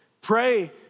Pray